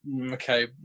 Okay